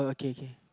okay okay